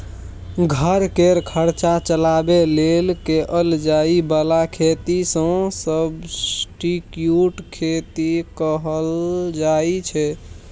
घर केर खर्चा चलाबे लेल कएल जाए बला खेती केँ सब्सटीट्युट खेती कहल जाइ छै